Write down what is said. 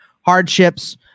hardships